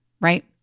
right